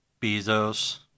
Bezos